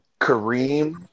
Kareem